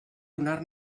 donar